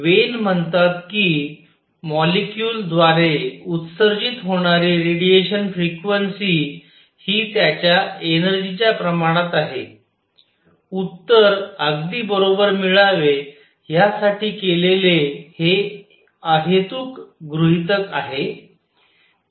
Wien म्हणतात की molecule द्वारे उत्सर्जित होणारी रेडिएशन फ्रिक्वेन्सी ही त्याच्या एनर्जीच्या प्रमाणात आहे उत्तर अगदी बरोबर मिळावे ह्यासाठी केलेले हे अहेतूक गृहीतक आहे